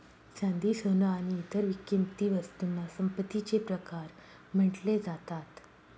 चांदी, सोन आणि इतर किंमती वस्तूंना संपत्तीचे प्रकार म्हटले जातात